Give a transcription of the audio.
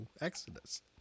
Exodus